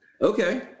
okay